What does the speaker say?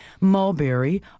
Mulberry